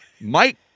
Mike